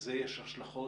לזה יש השלכות